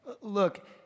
look